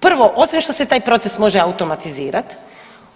Prvo, osim što se taj proces može automatizirat,